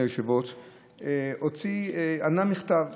ענה במכתב